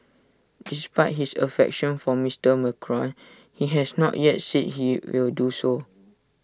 despite his affection for Mister Macron he has not yet said he will do so